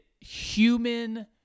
human